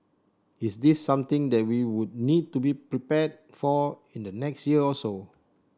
is this something that we would need to be prepared for in the next year or so